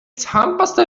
zahnpasta